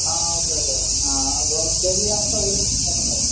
ആ okay okay stay ചെയ്യാനുള്ള സൗകര്യം നോക്കേണ്ടേ